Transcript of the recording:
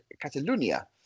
Catalonia